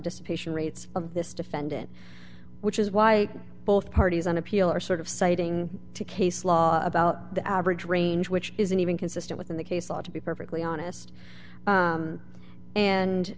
discipline rates of this defendant which is why both parties on appeal are sort of citing case law about the average range which isn't even consistent within the case ought to be perfectly honest